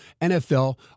NFL